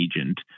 agent